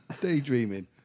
daydreaming